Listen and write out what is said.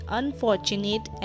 unfortunate